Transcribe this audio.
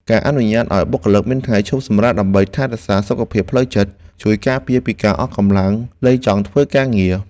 ការអនុញ្ញាតឱ្យបុគ្គលិកមានថ្ងៃឈប់សម្រាកដើម្បីថែរក្សាសុខភាពផ្លូវចិត្ត ជួយការពារពីការអស់កម្លាំងលែងចង់ធ្វើការងារ។